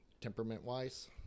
temperament-wise